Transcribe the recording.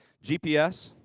gps,